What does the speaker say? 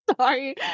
Sorry